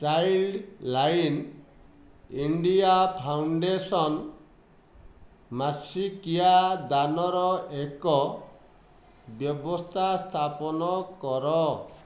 child line India Foundation ମାସିକିଆ ଦାନର ଏକ ବ୍ୟବସ୍ଥା ସ୍ଥାପନ କର